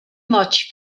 much